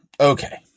Okay